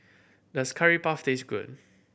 does Curry Puff taste good